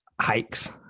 hikes